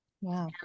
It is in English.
wow